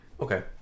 Okay